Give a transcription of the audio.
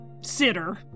sitter